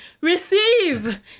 Receive